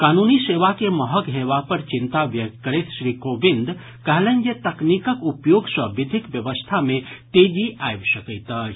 कानूनी सेवा के महग हेबा पर चिंता व्यक्त करैत श्री कोविंद कहलनि जे तकनीकक उपयोग सँ विधिक व्यवस्था मे तेजी आबि सकैत अछि